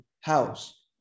house